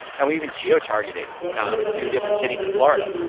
and we even geo targeted um through different cities in florida.